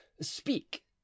speak